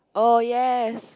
oh yes